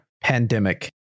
pandemic